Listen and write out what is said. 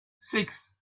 six